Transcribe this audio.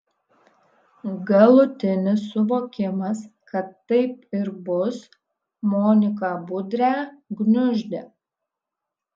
galutinis suvokimas kad taip ir bus moniką budrę gniuždė